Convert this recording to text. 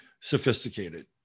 sophisticated